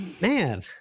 Man